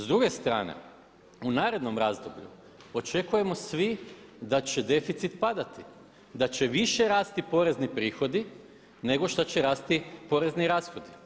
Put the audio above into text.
S druge strane u narednom razdoblju očekujemo svi da će deficit padati, da će više rasti porezni prihodi nego što će rasti porezni rashodi.